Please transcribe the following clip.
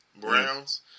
Browns